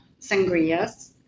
sangrias